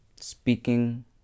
Speaking